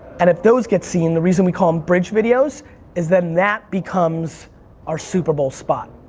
and if those get seen, the reason we call em bridge videos is then that becomes our super bowl spot.